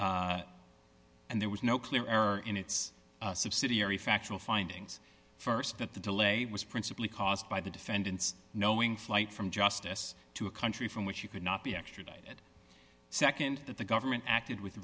and there was no clear error in its subsidiary factual findings st that the delay was principally caused by the defendant's knowing flight from justice to a country from which you could not be extradited nd that the government acted with